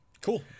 Cool